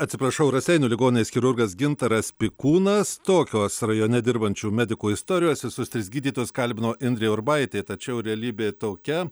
atsiprašau raseinių ligoninės chirurgas gintaras pikūnas tokios rajone dirbančių medikų istorijos visus tris gydytojus kalbino indrė urbaitė tačiau realybė tokia